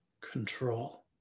control